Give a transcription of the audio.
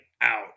out